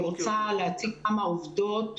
אני רוצה להציג כמה עובדות